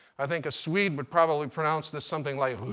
i think a swede would probably pronounce this something like